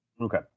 Okay